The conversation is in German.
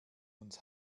uns